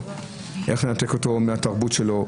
כדי לנתק אותם מהמסורת ומהתרבות שלהם.